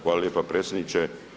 Hvala lijepa predsjedniče.